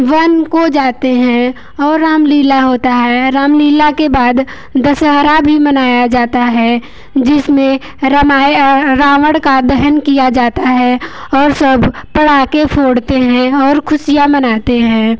one को जाते हैं और रामलीला होता है रामलीला के बाद दशहरा भी मनाया जाता है जिसमें रमायण रावण का दहन किया जाता है और सब पटाखे फोड़ते हैं और खुशियाँ मनाते हैं